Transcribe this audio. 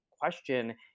question